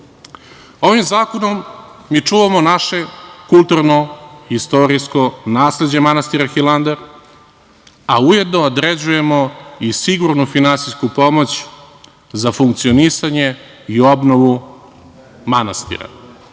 zakonom mi čuvamo naše kulturno-istorijsko nasleđe manastira Hilandar, a ujedno određujemo i sigurnu finansijsku pomoć za funkcionisanje i obnovu manastira. Pozvaću